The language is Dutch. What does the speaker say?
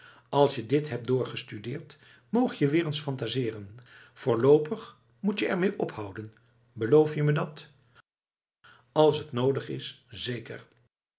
als je dit hebt doorgestudeerd moog je weer eens phantaseeren voorloopig moet je er mee ophouden beloof je me dat als het noodig is zeker